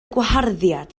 gwaharddiad